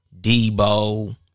Debo